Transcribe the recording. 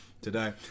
Today